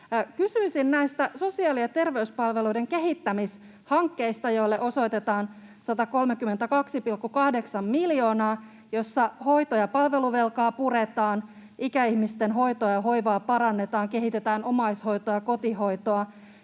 Kysyisin näistä sosiaali- ja terveyspalveluiden kehittämishankkeista, joille osoitetaan 132,8 miljoonaa ja joilla hoito- ja palveluvelkaa puretaan, ikäihmisten hoitoa ja hoivaa parannetaan, kehitetään omaishoitoa, kotihoitoa